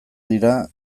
dira